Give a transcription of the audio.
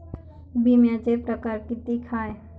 बिम्याचे परकार कितीक हाय?